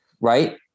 Right